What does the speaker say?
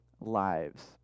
lives